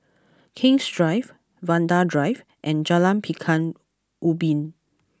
King's Drive Vanda Drive and Jalan Pekan Ubin